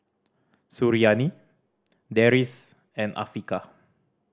Suriani Deris and Afiqah